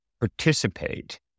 participate